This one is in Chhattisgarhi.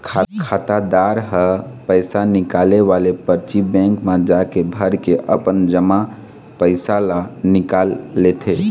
खातादार ह पइसा निकाले वाले परची बेंक म जाके भरके अपन जमा पइसा ल निकाल लेथे